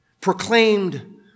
proclaimed